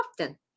often